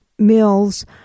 Mills